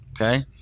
Okay